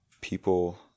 people